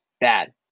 bad